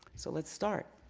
so let's start.